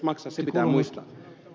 se pitää muistaa